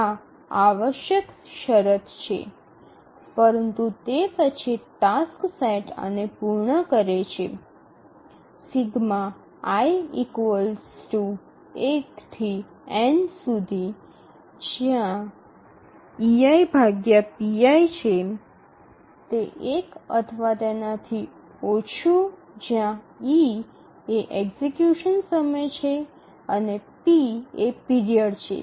આ આવશ્યક શરત છે પરંતુ તે પછી ટાસક્સ સેટ આને પૂર્ણ કરે છે ≤ 1 જ્યાં e એક્ઝિક્યુશન સમય છે અને p એ પીરિયડ છે